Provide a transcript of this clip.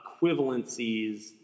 equivalencies